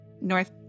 north